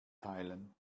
teilen